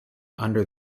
under